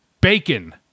Bacon